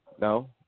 No